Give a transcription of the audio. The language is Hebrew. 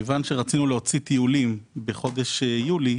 רצינו להוציא טיולים בחודש יולי,